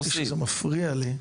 אמרתי שזה מפריע לי.